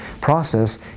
process